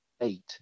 eight